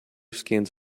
skins